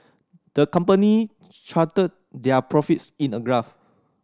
the company charted their profits in a graph